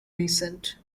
recent